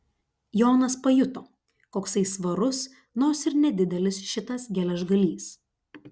jonas pajuto koksai svarus nors ir nedidelis šitas geležgalys